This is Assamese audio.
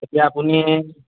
এতিয়া আপুনি